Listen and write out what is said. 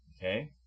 okay